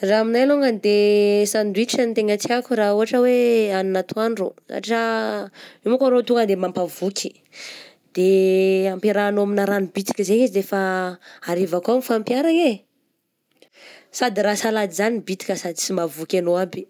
Raha aminay longany de sandwich no tena tiako raha ohatra hoe hagnina atoandro satria io manko arô tonga de mampavoky, de amperahanao amina ragno bisika zegny izy de efa harivako mifampiharagna eh, sady raha salady zany bitika sady sy mahavoky anao aby.